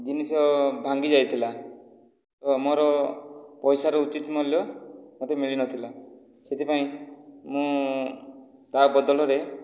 ଜିନିଷ ଭାଙ୍ଗି ଯାଇଥିଲା ମୋର ପଇସାର ଉଚିତ ମୂଲ୍ୟ ମୋତେ ମିଳି ନଥିଲା ସେଥିପାଇଁ ମୁଁ ତା' ବଦଳରେ